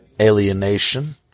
alienation